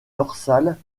dorsales